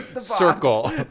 circle